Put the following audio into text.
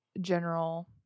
general